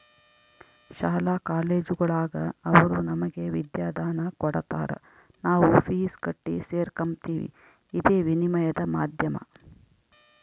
ಶಾಲಾ ಕಾಲೇಜುಗುಳಾಗ ಅವರು ನಮಗೆ ವಿದ್ಯಾದಾನ ಕೊಡತಾರ ನಾವು ಫೀಸ್ ಕಟ್ಟಿ ಸೇರಕಂಬ್ತೀವಿ ಇದೇ ವಿನಿಮಯದ ಮಾಧ್ಯಮ